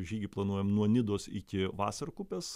žygį planuojam nuo nidos iki vasarkupės